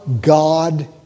God